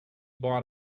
bought